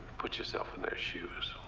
put yourself in their shoes.